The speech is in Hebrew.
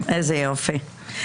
איזה יופי.